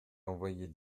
envoyer